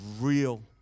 real